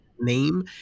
name